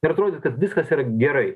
ir atrodė kad viskas yra gerai